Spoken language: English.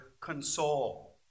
console